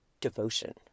devotion